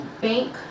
bank